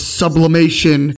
sublimation